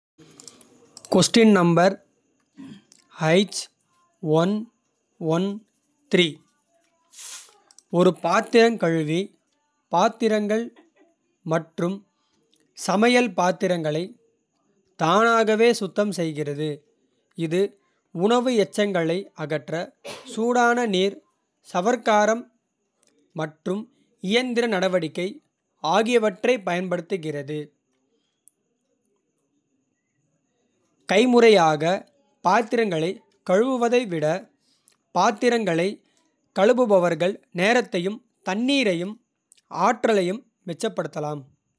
ஒரு பாத்திரங்கழுவி பாத்திரங்கள் பாத்திரங்கள் மற்றும். சமையல் பாத்திரங்களை தானாகவே சுத்தம் செய்கிறது. இது உணவு எச்சங்களை அகற்ற சூடான நீர். சவர்க்காரம் மற்றும் இயந்திர நடவடிக்கை ஆகியவற்றைப். பயன்படுத்துகிறது கைமுறையாகப் பாத்திரங்களைக். கழுவுவதை விட பாத்திரங்களைக் கழுவுபவர்கள் நேரத்தையும். தண்ணீரையும் ஆற்றலையும் மிச்சப்படுத்தலாம்.